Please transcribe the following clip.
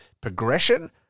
progression